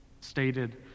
stated